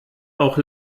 auch